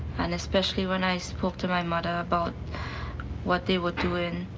and especially when i spoke to my mother about what they were doing,